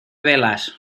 velas